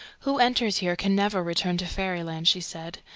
who enters here can never return to fairyland, she said,